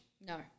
No